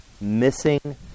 Missing